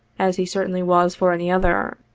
as he certainly was for any other.